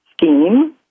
scheme